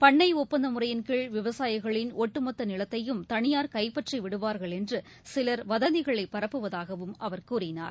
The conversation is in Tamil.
பண்ணை ஒப்பந்த முறையின் கீழ் விவசாயிகளின் ஒட்டுமொத்த நிலத்தையும் தனியார் கைபற்றி விடுவார்கள் என்று சிலர் வதந்திகளை பரப்புவதாகவும் அவர் கூறினார்